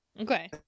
Okay